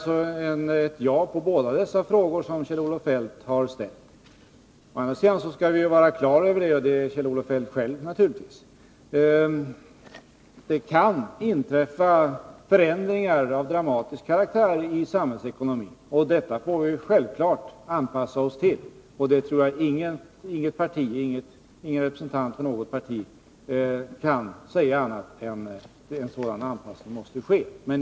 Svaret på båda de frågor som Kjell-Olof Feldt ställde är ja. Å andra sidan skall vi emellertid vara på det klara med — det är Kjell-Olof Feldt själv naturligtvis — att det kan inträffa förändringar av dramatisk karaktär i samhällsekonomin. Detta får vi självfallet anpassa oss till. Inga representanter för något parti torde kunna säga annat än att en anpassning i så fall måste ske.